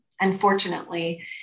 unfortunately